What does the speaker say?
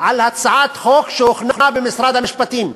על הצעת חוק שהוכנה במשרד המשפטים,